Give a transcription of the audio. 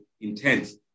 intense